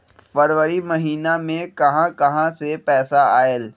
फरवरी महिना मे कहा कहा से पैसा आएल?